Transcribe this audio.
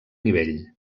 nivell